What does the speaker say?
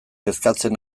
kezkatzen